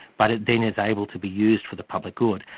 but it then is able to be used for the public good.